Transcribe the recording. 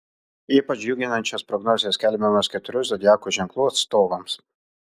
ypač džiuginančios prognozės skelbiamos keturių zodiako ženklų atstovams